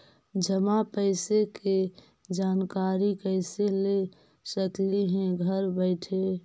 जमा पैसे के जानकारी कैसे ले सकली हे घर बैठे?